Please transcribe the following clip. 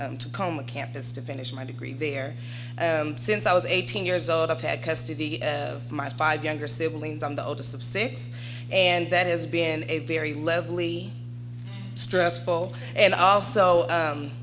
tacoma campus to finish my degree there since i was eighteen years old and had custody of my five younger siblings on the oldest of six and that has been a very lovely stressful and also